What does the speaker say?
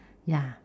ya